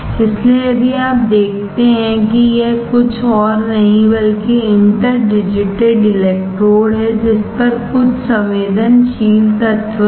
इसलिए यदि आप देखते हैं कि यह कुछ और नहीं बल्कि इंटर डिजिटेड इलेक्ट्रोडहै जिस पर कुछ संवेदनशील तत्व है